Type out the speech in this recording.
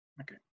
Okay